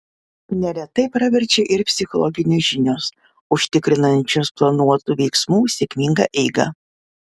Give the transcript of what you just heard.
neretai praverčia ir psichologijos žinios užtikrinančios planuotų veiksmų sėkmingą eigą